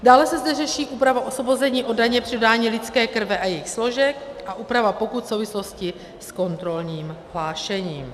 Dále se zde řeší úprava osvobození od daně při dání lidské krve a jejích složek a úprava pokut v souvislosti s kontrolním hlášením.